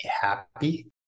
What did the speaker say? happy